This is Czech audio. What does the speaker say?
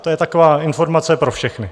To je taková informace pro všechny.